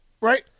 Right